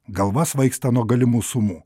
galva svaigsta nuo galimų sumų